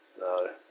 No